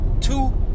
Two